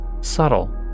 subtle